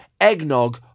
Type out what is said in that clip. eggnog